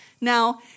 Now